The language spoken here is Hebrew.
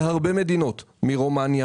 היא מייבוא מהרבה מדינות מרומניה,